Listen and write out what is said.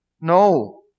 No